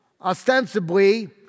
ostensibly